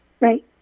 Right